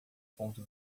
ponto